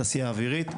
תעשייה אווירית,